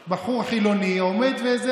ומגיירים ומצרפים יהודים לעם ישראל,